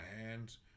hands